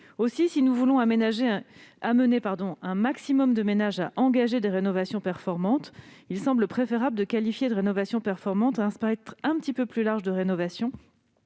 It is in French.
Si nous voulons inciter un maximum de ménages à engager des rénovations performantes, il semble préférable de qualifier de performantes un spectre un peu plus large de rénovations.